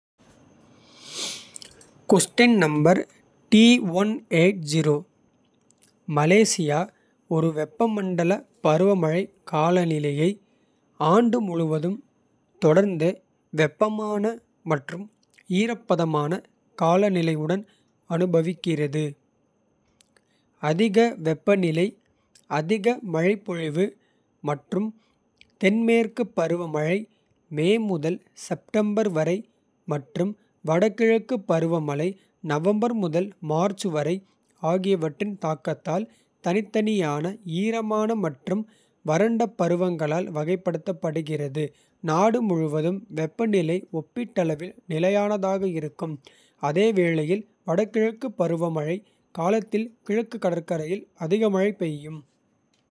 மலேசியா ஒரு வெப்பமண்டல பருவமழை காலநிலையை. ஆண்டு முழுவதும் தொடர்ந்து வெப்பமான மற்றும். ஈரப்பதமான காலநிலையுடன் அனுபவிக்கிறது. அதிக வெப்பநிலை அதிக மழைப்பொழிவு மற்றும். தென்மேற்கு பருவமழை மே முதல் செப்டம்பர் வரை. மற்றும் வடகிழக்கு பருவமழை நவம்பர் முதல் மார்ச் வரை. ஆகியவற்றின் தாக்கத்தால் தனித்தனியான ஈரமான மற்றும். வறண்ட பருவங்களால் வகைப்படுத்தப்படுகிறது. நாடு முழுவதும் வெப்பநிலை ஒப்பீட்டளவில் நிலையானதாக. இருக்கும் அதே வேளையில் வடகிழக்கு பருவமழை. காலத்தில் கிழக்கு கடற்கரையில் அதிக மழை பெய்யும்.